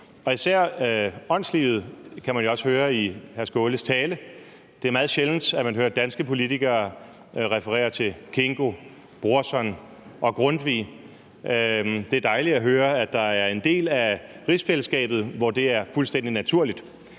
især åndslivet, det kan man jo også høre i hr. Sjúrður Skaales tale. Det er meget sjældent, man hører danske politikere referere til Kingo, Brorson og Grundtvig. Det er dejligt at høre, at der er en del af rigsfællesskabet, hvor det er fuldstændig naturligt.